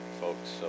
folks